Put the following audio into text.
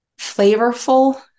flavorful